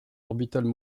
orbitales